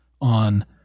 on